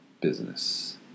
business